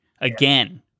again